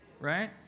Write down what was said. Right